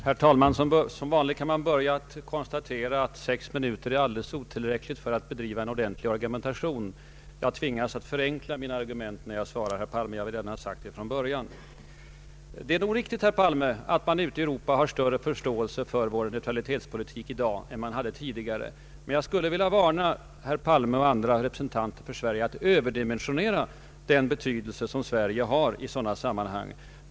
Herr talman! Som vanligt kan man börja med att konstatera att sex minuter är alldeles otillräckligt för att föra en genomtänkt argumentation. Jag tvingas att förenkla mina argument när jag svarar herr Palme. Jag vill gärna ha sagt detta från början. Det är nog riktigt, herr Palme, att man ute i Europa har större förståelse för vår neutralitetspolitik i dag än man hade tidigare. Men jag skulle vilja varna herr Palme och andra representanter för Sverige för att överdimensionera den betydelse som Sverige tilläggs i sådana sammanhang.